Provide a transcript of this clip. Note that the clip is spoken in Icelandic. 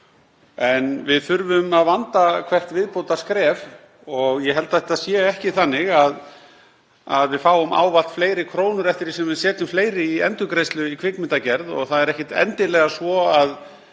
en við þurfum að vanda hvert viðbótarskref. Ég held að það sé ekki þannig að við fáum ávallt fleiri krónur eftir því sem við setjum fleiri krónur í endurgreiðslu í kvikmyndagerð. Og það er ekkert endilega svo að